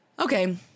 okay